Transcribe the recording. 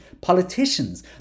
Politicians